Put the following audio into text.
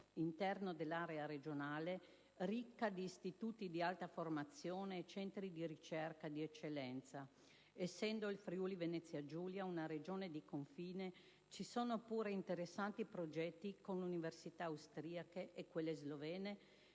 all'interno dell'area regionale, ricca di istituti di alta formazione e centri di ricerca di eccellenza; essendo il Friuli-Venezia Giulia una Regione di confine, ci sono pure interessanti progetti con università austriache e slovene